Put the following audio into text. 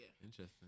Interesting